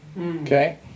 Okay